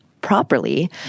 properly